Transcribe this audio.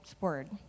word